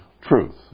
truth